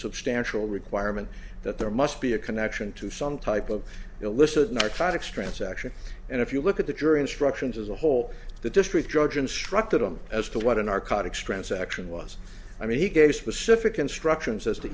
substantial requirement that there must be a connection to some type of illicit narcotics transaction and if you look at the jury instructions as a whole the district judge instructed him as to what in our contacts transaction was i mean he gave specific instructions as to